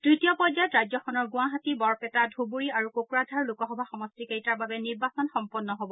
ত্তীয় পৰ্যায়ত ৰাজ্যখনৰ গুৱাহাটী বৰপেটা ধুবুৰী আৰু কোকৰাঝাৰ লোকসভা সমষ্টিকেইটাৰ বাবে নিৰ্বাচন সম্পন্ন হ'ব